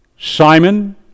Simon